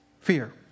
Fear